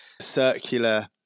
circular